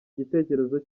igitekerezo